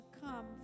come